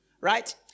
Right